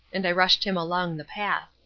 and i rushed him along the path.